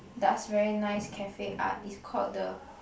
does very nice cafe art is called the